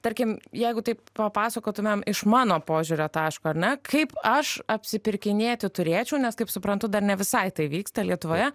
tarkim jeigu taip papasakotumėm iš mano požiūrio taško ar ne kaip aš apsipirkinėti turėčiau nes kaip suprantu dar ne visai tai vyksta lietuvoje